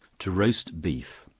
to roast beef.